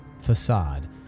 facade